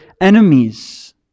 enemies